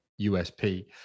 USP